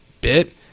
bit